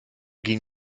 ging